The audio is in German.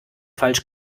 falsch